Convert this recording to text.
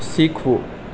શીખવું